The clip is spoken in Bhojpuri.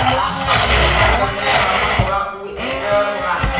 आस पास समाज के जउन मरम्मत होला ऊ ए कर होला